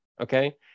okay